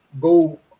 go